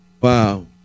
Wow